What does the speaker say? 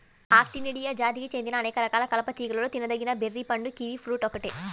Actinidia జాతికి చెందిన అనేక రకాల కలప తీగలలో తినదగిన బెర్రీ పండు కివి ఫ్రూట్ ఒక్కటే